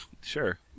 Sure